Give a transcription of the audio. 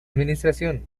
administración